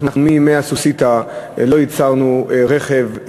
אנחנו מימי ה"סוסיתא" לא ייצרנו רכב,